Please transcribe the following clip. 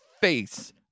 face